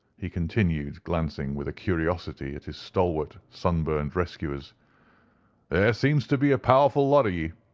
he continued, glancing with curiosity at his stalwart, sunburned rescuers there seems to be a powerful lot of ye.